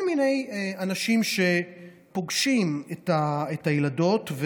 וכל מיני אנשים שפוגשים את הילדות.